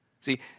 See